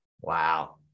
Wow